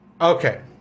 Okay